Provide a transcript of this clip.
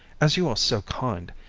as you are so kind,